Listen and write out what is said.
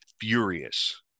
furious